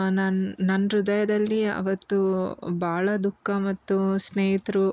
ನನ್ನ ನನ್ನ ಹೃದಯದಲ್ಲಿ ಅವತ್ತು ಭಾಳ ದುಃಖ ಮತ್ತು ಸ್ನೇಹಿತರು